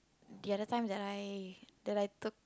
the other time that I that I took